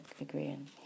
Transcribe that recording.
agreeing